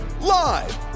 live